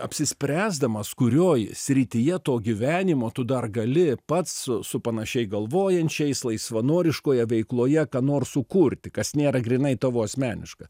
apsispręsdamas kurioj srityje to gyvenimo tu dar gali pats su su panašiai galvojančiais laisvanoriškoje veikloje ką nors sukurti kas nėra grynai tavo asmeniška